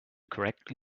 correctly